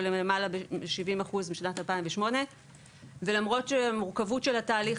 ליותר מ-70% בשנת 2008. ולמרות המורכבות של התהליך